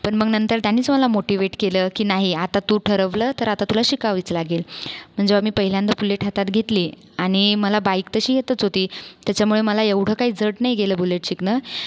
पण मग नंतर त्यानंच मला मोटिवेट केलं की नाही आता तू ठरवलं तर आता तुला शिकावेच लागेल जेव्हा मी पहिल्यांदा बुलेट हातात घेतली आणि मला बाईक तशी येतच होती त्याच्यामुळे मला एवढं काय जड नाही गेलं बुलेट शिकणं